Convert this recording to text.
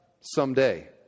someday